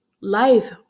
life